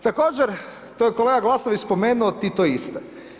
Također to je kolega Glasnović spomenuo Titoiste.